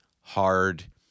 hard